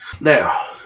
Now